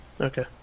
Okay